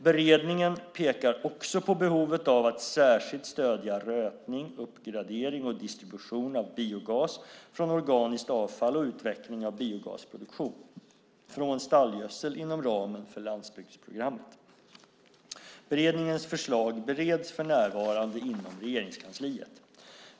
Beredningen pekar också på behovet av att särskilt stödja rötning, uppgradering och distribution av biogas från organiskt avfall och utveckling av biogasproduktion från stallgödsel inom ramen för landsbygdsprogrammet. Beredningens förslag bereds för närvarande inom Regeringskansliet.